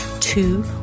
two